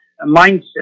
mindset